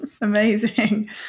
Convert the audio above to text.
amazing